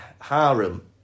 harem